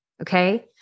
Okay